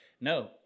No